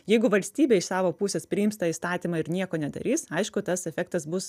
jeigu valstybė iš savo pusės priims tą įstatymą ir nieko nedarys aišku tas efektas bus